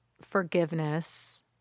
forgiveness